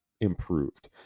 improved